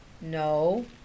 No